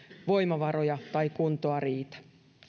voimavaroja tai kuntoa riitä